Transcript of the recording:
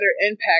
impact